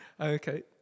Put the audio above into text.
okay